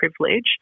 privilege